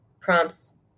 prompts